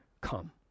come